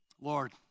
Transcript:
Lord